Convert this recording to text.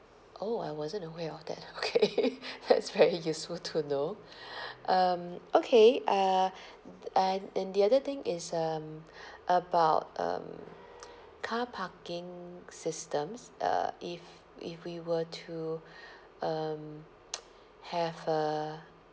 oh I wasn't aware of that okay that's very useful to know um okay ah and and the other thing is um about um car parking systems uh if if we were to um have a